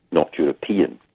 not european.